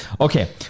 Okay